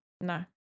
No